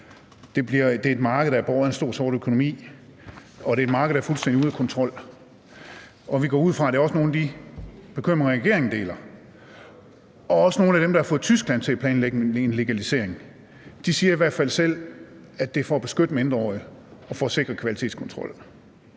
på et marked, der er båret af en stor sort økonomi, og at det er et marked, der er fuldstændig ude af kontrol. Og vi går ud fra, at det også er nogle af de bekymringer, regeringen deler, og også nogle af dem, der har fået Tyskland til at planlægge en egentlig legalisering. De siger i hvert fald selv, at det er for at beskytte mindreårige og for at sikre kvalitetskontrol.